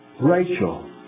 Rachel